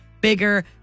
bigger